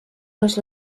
les